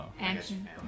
Action